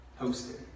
Hosted